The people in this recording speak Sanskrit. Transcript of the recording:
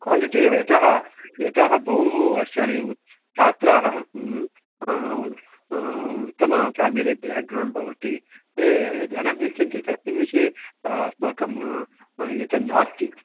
क्वालिटि एव यतः यतः बहु वर्षाणि उत् छात्राणाम् उत्तमं फ़ेमिलि बेक्ग्रौण्ड् भवति ते धनं यच्छन्ति तस्मिन् विषये अस्माकम् एतद् नास्ति